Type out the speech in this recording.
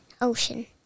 ocean